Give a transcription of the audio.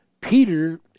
Peter